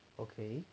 okay